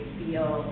feel